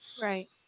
Right